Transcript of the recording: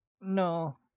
No